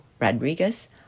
Rodriguez